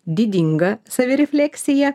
didinga savirefleksija